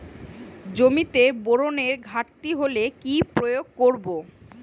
জমিতে বোরনের ঘাটতি হলে কি প্রয়োগ করব?